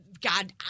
God